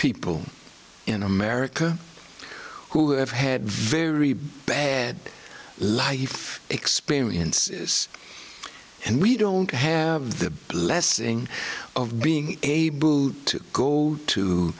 people in america who have had very bad life experience and we don't have the blessing of being able to go to